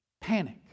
Panic